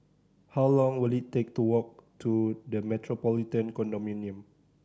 how long will it take to walk to The Metropolitan Condominium